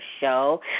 show